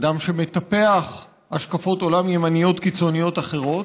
אדם שמטפח השקפות עולם ימניות קיצוניות אחרות,